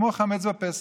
כמו חמץ בפסח,